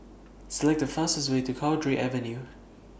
Select The fastest Way to Cowdray Avenue